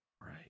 right